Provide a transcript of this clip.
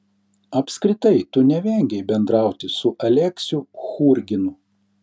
apskritai tu nevengei bendrauti su aleksiu churginu